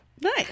Nice